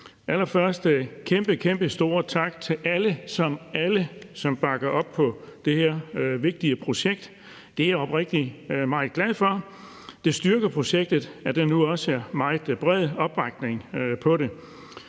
Allerførst en kæmpe, kæmpe stor tak til alle – alle – som bakker op om det her vigtige projekt. Det er jeg oprigtigt meget glad for. Det styrker projektet, at der nu også er meget bred opbakning til det.